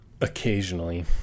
Occasionally